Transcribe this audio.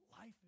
life